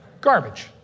Garbage